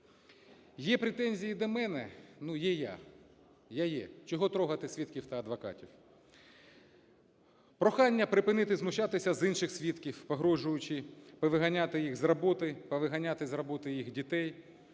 Є претензії до мене – ну, є я, я є, чого трогати свідків та адвокатів? Прохання припинити знущатися з інших свідків, погрожуючи повиганяти їх з роботи, повиганяти з роботи їх дітей,